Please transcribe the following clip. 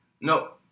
No